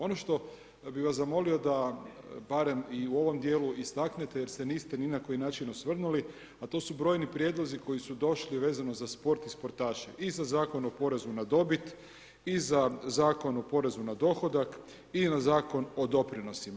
Ono što bih vas zamolio da barem i u ovom dijelu istaknete jer se niste ni na koji način osvrnuli a to su brojni prijedlozi koji su došli vezano za sport i sportaše i za Zakon o porezu na dobit i za Zakon o porezu na dohodak i na Zakon o doprinosima.